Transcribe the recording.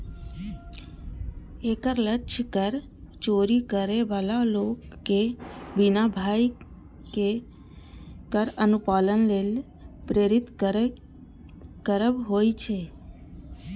एकर लक्ष्य कर चोरी करै बला लोक कें बिना भय केर कर अनुपालन लेल प्रेरित करब होइ छै